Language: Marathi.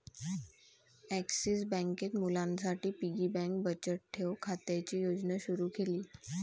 ॲक्सिस बँकेत मुलांसाठी पिगी बँक बचत ठेव खात्याची योजना सुरू केली